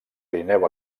pirineu